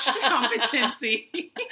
competency